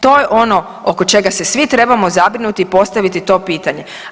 To je ono oko čega se svi trebamo zabrinuti i postaviti to pitanje.